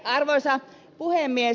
arvoisa puhemies